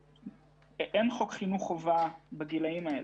אין חוק חינוך חובה בגילאים האלה.